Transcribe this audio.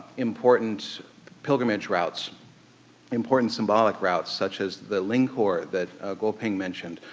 important pilgrimage routes important symbolic routes such as the lingkhor that guoping mentioned,